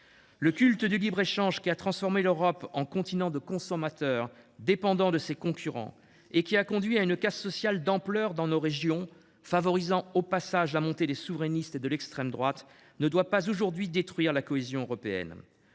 Le culte du libre échange, qui a transformé l’Europe en continent de consommateurs dépendant de ses concurrents et qui a conduit à une casse sociale d’ampleur dans nos régions, favorisant au passage la montée des souverainistes et de l’extrême droite, ne doit pas aujourd’hui détruire la cohésion européenne.